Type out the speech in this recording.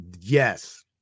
yes